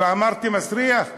אמרתי מסריח?